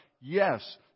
Yes